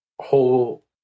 whole